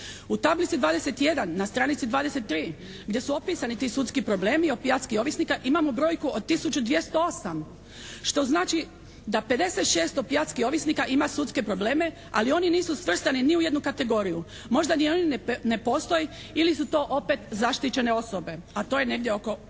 U tablici 21. na stranici 23. gdje su opisani ti sudski problemi, opijatskih ovisnika imamo brojku od tisuću 208. Što znači da 56 opijatskih ovisnika ima sudske probleme, ali oni nisu svrstani ni u jednu kategoriju. Možda ni one ne postoje ili su to opet zaštićene osobe, a to je negdje oko